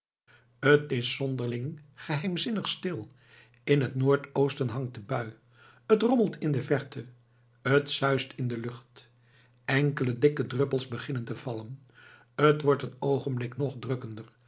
t is zonderling geheimzinnig stil in het noordoosten hangt de bui t rommelt in de verte t suist in de lucht enkele dikke druppels beginnen te vallen t wordt een oogenblik nog drukkender